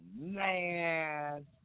Man